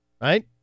right